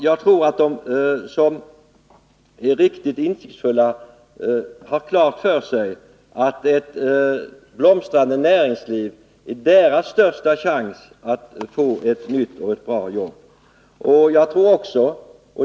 Jag tror att de som är riktigt insiktsfulla har klart för sig att ett blomstrande näringsliv är deras största chans att få ett nytt och bra jobb.